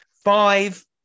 five